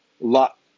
lot